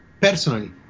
personally